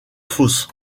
fosse